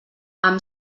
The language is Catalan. amb